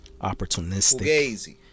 Opportunistic